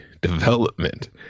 development